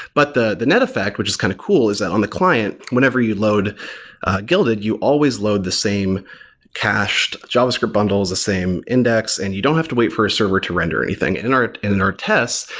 but the the net effect, which is kind of cool, is that on the client, whenever you load guilded, you always load the same cached javascript bundles, the same index, and you don't have to wait for a server to render anything. in our in and our test,